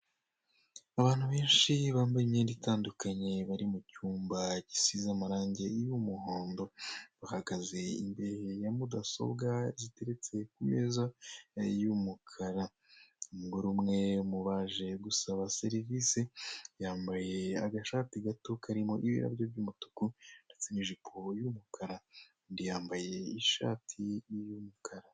Abantu benshi bambaye imyenda itandukanye bari mu cyumba gisize amarange y'umuhondo bahagaze imbere ya mudasobwa ziteretse ku meza y'umukara, umugore umwe mu baje gusaba serivise yambaye agashati gato karimo ibara ry'umutuku ndetse n'ijipo y'umukara undi yambaye ishati y'umukara.